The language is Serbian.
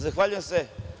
Zahvaljujem se.